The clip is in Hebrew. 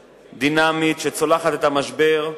דינמית, שצולחת את המשבר,